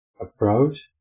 approach